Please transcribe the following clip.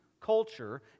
culture